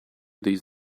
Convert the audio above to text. these